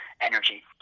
energy